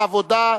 העבודה,